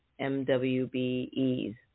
MWBEs